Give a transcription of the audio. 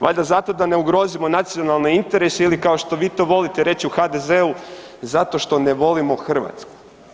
Valjda zato da ne ugrozimo nacionalne interese, ili kao što vi to volite reći u HDZ-u, zato što ne volimo Hrvatsku.